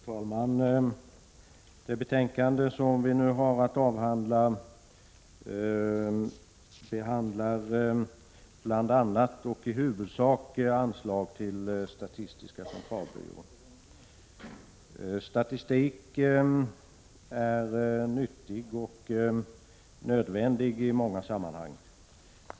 Fru talman! I det betänkande som vi nu debatterar behandlas bl.a. och huvudsakligen anslag till statistiska centralbyrån. Statistik är i många sammanhang någonting nyttigt och nödvändigt.